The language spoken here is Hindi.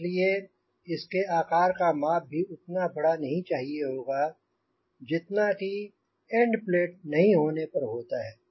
इसलिए इसके आकार का माप भी उतना बड़ा नहीं चाहिए होगा जितना कि एंड प्लेट नहीं होने पर होता है